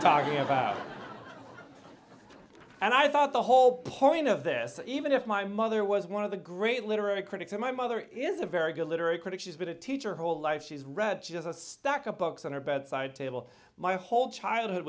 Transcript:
talking about and i thought the whole point of this even if my mother was one of the great literary critics of my mother is a very good literary critic she's been a teacher whole life she's read just a stack of books on her bedside table my whole childhood